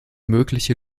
mögliche